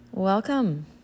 Welcome